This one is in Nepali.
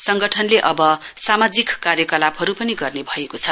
संगठनले अब सामाजिक कार्यकलापहरू पनि गर्ने भएको छ